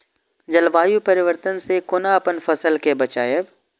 जलवायु परिवर्तन से कोना अपन फसल कै बचायब?